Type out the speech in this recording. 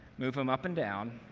move them up and down.